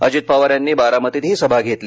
अजित पवार यांनी बारामतीतही सभा घेतली